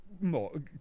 more